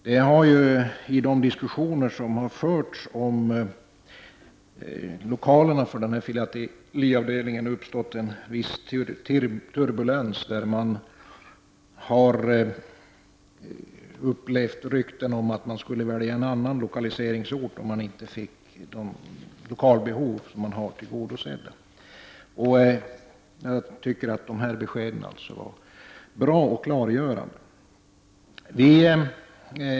Det har i de diskussioner som har förts om lokalerna för denna filateliavdelning uppstått en viss turbulens, där det har gått rykten om att posten skulle välja en annan lokaliseringsort, om man inte fick sina lokalbehov tillgodosedda. Jag tycker alltså att dessa besked är bra och klargörande.